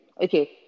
Okay